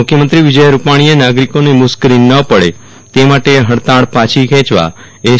મુખ્યમંત્રી વિજય રૂપાણીએ નાગરીકોને મુશ્કેલી ન પડે તે માટે હડતાળ પાછી ખેંચવા એસ